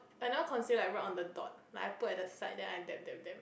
I like right on the dot like I put at the side then I dab dab dab